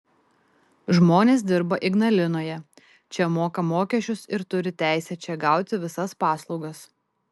žmonės dirba ignalinoje čia moka mokesčius ir turi teisę čia gauti visas paslaugas